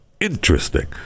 Interesting